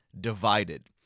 divided